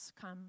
come